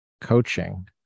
coaching